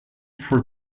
for